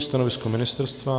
Stanovisko ministerstva?